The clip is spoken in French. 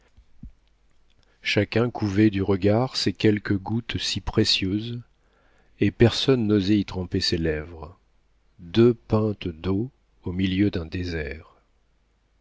chacun couvait du regard ces quelques gouttes si précieuses et personne n'osai y tremper ses lèvres deux pintes d'eau au milieu d'un désert